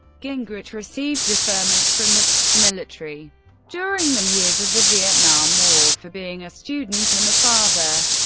gingrich received deferments from the military during the years of the vietnam war for being a student and a father.